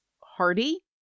hardy